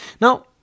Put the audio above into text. Now